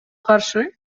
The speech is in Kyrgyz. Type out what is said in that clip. каршы